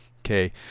Okay